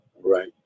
Right